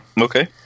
Okay